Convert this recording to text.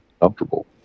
comfortable